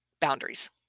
boundaries